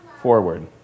forward